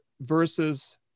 versus